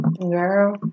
Girl